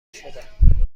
شدم